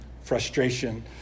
frustration